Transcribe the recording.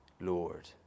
Lord